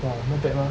!wah! not bad ah